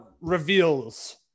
reveals